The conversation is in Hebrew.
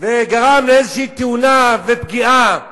וגרם איזושהי תאונה ופגיעה פיזית,